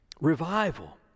revival